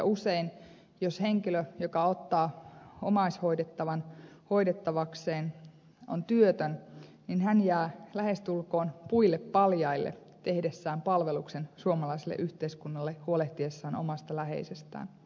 usein jos henkilö joka ottaa omaishoidettavan hoidettavakseen on työtön hän jää lähestulkoon puille paljaille tehdessään palveluksen suomalaiselle yhteiskunnalle huolehtiessaan omasta läheisestään